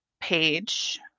page